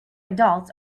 adults